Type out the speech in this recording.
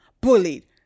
bullied